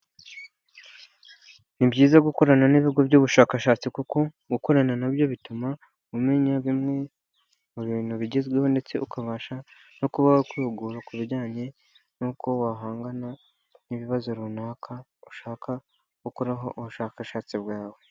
Ni byiza gukorana n'ibigo by'ubushakashatsi kuko gukorana nabyo bituma umenya bimwe mu bintu bigezweho ndetse ukabasha no kuba wakwihugura ku bijyanye nuko wahangana n'ibibazo runaka ushaka gukoraho ubushakashatsi bwawe.